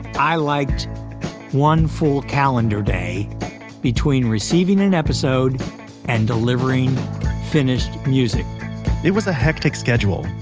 i liked one full calendar day between receiving an episode and delivering finished music it was a hectic schedule,